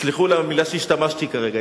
סלחו לי על המלה שהשתמשתי בה כרגע,